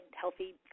healthy